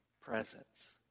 presence